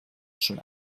schon